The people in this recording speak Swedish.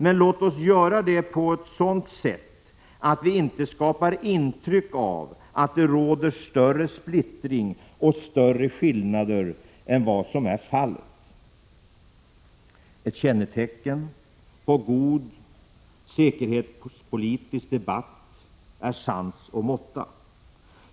Men låt oss göra det på ett sådant sätt att vi inte skapar intryck av att det råder större splittring och större skillnader än vad som är fallet. Ett kännetecken på god säkerhetspolitisk debatt är sans och måtta.